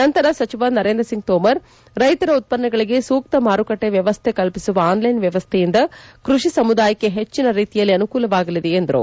ನಂತರ ಸಚಿವ ನರೇಂದ್ರ ಸಿಂಗ್ ಥೋಮರ್ ರೈತರ ಉತ್ಪನ್ನಗಳಿಗೆ ಸೂಕ್ತ ಮಾರುಕಟ್ಟೆ ವ್ಯವಸ್ಥೆ ಕಲ್ಪಿಸುವ ಆನ್ಲೈನ್ ವ್ಯವಸ್ಟೆಯಿಂದ ಕೃಷಿ ಸಮುದಾಯಕ್ಕೆ ಹೆಚ್ಚಿನ ರೀತಿಯಲ್ಲಿ ಅನುಕೂಲವಾಗಲಿದೆ ಎಂದರು